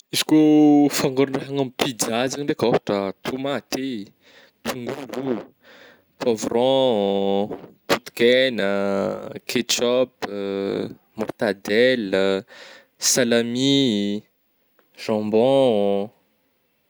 Izy kô fangaro raha agnagno pizza zegny ndraiky ôhatra tomaty eh, tongolo ô poivron, potikegna, ketchup, mortadelle, salami, jambon,